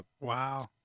Wow